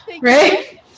right